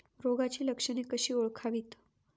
रोगाची लक्षणे कशी ओळखावीत?